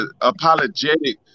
apologetic